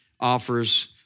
offers